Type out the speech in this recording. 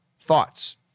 thoughts